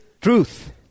truth